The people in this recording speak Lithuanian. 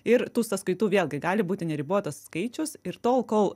ir tų sąskaitų vėlgi gali būti neribotas skaičius ir tol kol